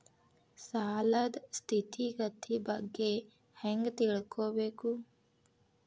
ಸಾಲದ್ ಸ್ಥಿತಿಗತಿ ಬಗ್ಗೆ ಹೆಂಗ್ ತಿಳ್ಕೊಬೇಕು?